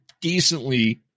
decently